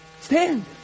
Stand